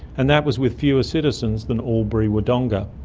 and that was with fewer citizens than albury wodonga.